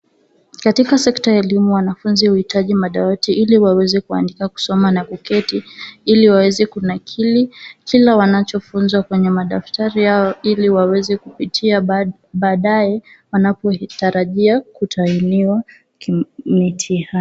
Katika sekta ya elimu wanafunzi uhitaji madawati ili waweze kuandika, kusoma na kuketi ili waweze kunakili kile wanachofunzwa kwenye madaftari yao ili waweze kupitia baadae wanapotarajia kutahiniwa mitihani.